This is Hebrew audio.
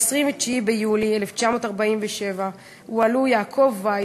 ב-29 ביולי 1947 הועלו יעקב וייס,